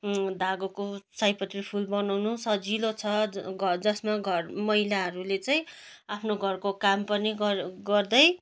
धागोको सयपत्री फुल बनाउनु सजिलो छ ज घर जसमा घर महिलाहरूले चाहिँ आफ्नो घरको काम पनि गर् गर्दै